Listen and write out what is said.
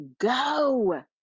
go